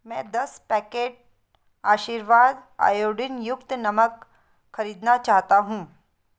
मैं दस packet Aashirvaad iodine युक्त नमक खरीदना चाहता हूँ